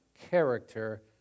character